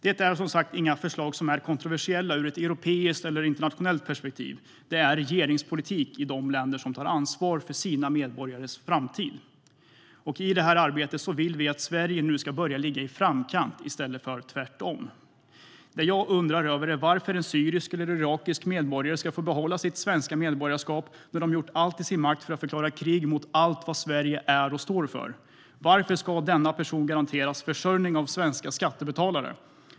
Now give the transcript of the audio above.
De är inga förslag som är kontroversiella ur ett europeiskt eller ett internationellt perspektiv. Det är regeringspolitik i de länder som tar ansvar för sina medborgares framtid. I det här arbetet vill vi att Sverige nu ska börja ligga i framkant i stället för tvärtom. Jag undrar varför en syrisk eller en irakisk medborgare ska få behålla sitt svenska medborgarskap när denne har gjort allt i sin makt för att förklara krig mot allt vad Sverige är och står för. Varför ska denna person garanteras försörjning av svenska skattebetalare?